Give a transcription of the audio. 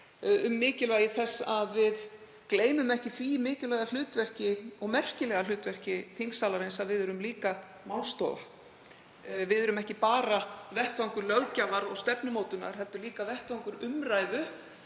um mikilvægi þess að við gleymum ekki því mikilvæga og merkilega hlutverki þingsalarins að við erum líka málstofa. Við erum ekki bara vettvangur löggjafar og stefnumótunar, heldur líka vettvangur umræðu